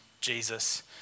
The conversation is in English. Jesus